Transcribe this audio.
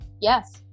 Yes